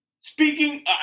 speaking